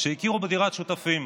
שהכירו בדירת שותפים.